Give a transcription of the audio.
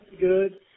good